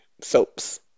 soaps